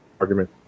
argument